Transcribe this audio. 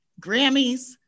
Grammys